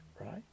right